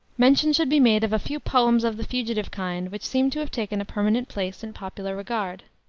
mention should be made of a few poems of the fugitive kind which seem to have taken a permanent place in popular regard.